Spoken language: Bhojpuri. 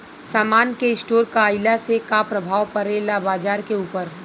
समान के स्टोर काइला से का प्रभाव परे ला बाजार के ऊपर?